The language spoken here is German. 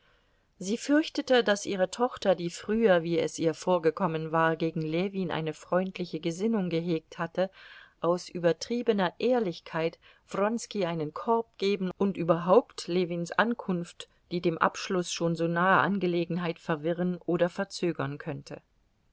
sie fürchtete daß ihre tochter die früher wie es ihr vorgekommen war gegen ljewin eine freundliche gesinnung gehegt hatte aus übertriebener ehrlichkeit wronski einen korb geben und überhaupt ljewins ankunft die dem abschluß schon so nahe angelegenheit verwirren oder verzögern könnte